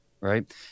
right